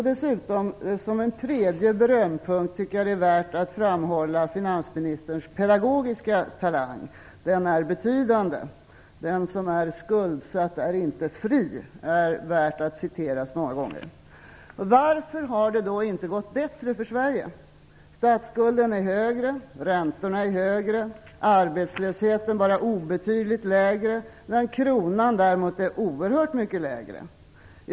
Dessutom är det värt att framhålla finansministerns pedagogiska talang, den är betydande. "Den som är skuldsatt är inte fri" är värt att citera många gånger. Varför har det då inte gått bättre för Sverige? Statsskulden är högre, räntorna är högre, arbetslösheten bara obetydligt lägre, medan kronan däremot är oerhört mycket lägre.